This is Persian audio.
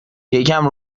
یکم